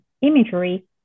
imagery